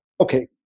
Okay